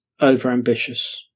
overambitious